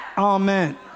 amen